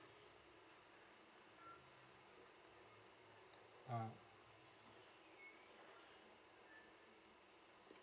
ah